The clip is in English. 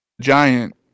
Giant